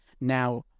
now